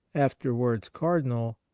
afterwards cardinal,